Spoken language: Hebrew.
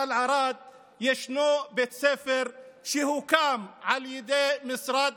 תל ערד יש בית ספר שהוקם על ידי משרד